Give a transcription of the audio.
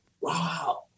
wow